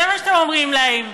זה מה שאתם אומרים להם.